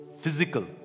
Physical